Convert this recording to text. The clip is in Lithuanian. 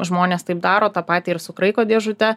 žmonės taip daro tą patį ir su kraiko dėžute